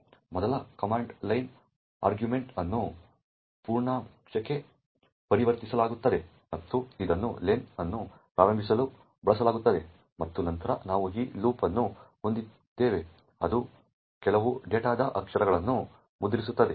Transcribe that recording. ಮೊದಲ command line argument ಅನ್ನು ಪೂರ್ಣಾಂಕಕ್ಕೆ ಪರಿವರ್ತಿಸಲಾಗುತ್ತದೆ ಮತ್ತು ಇದನ್ನು ಲೆನ್ ಅನ್ನು ಪ್ರಾರಂಭಿಸಲು ಬಳಸಲಾಗುತ್ತದೆ ಮತ್ತು ನಂತರ ನಾವು ಈ ಲೂಪ್ ಅನ್ನು ಹೊಂದಿದ್ದೇವೆ ಅದು ಕೆಲವು ಡೇಟಾದ ಅಕ್ಷರಗಳನ್ನು ಮುದ್ರಿಸುತ್ತದೆ